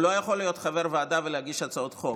הוא לא יכול להיות חבר ועדה ולהגיש הצעות חוק,